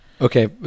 Okay